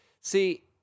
See